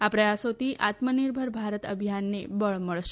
આ પ્રયાસોથી આત્મનિર્ભર ભારત અભિયાનને બળ મળશે